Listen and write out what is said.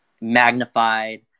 magnified